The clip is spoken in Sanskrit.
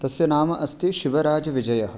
तस्य नाम अस्ति शिवराजविजयः